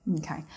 okay